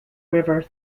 river